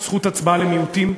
זכות הצבעה למיעוטים.